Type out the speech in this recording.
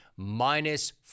minus